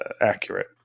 accurate